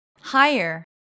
higher